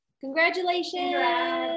Congratulations